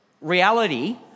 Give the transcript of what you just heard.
reality